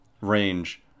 range